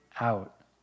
out